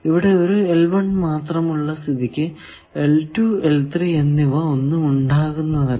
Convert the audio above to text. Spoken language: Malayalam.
ഇവിടെ ഒരു മാത്രം ഉള്ള സ്ഥിതിക്ക് എന്നിവ ഒന്നും ഉണ്ടാകുന്നതല്ല